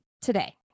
today